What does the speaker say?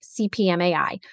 CPMAI